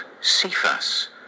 Cephas